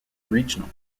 regional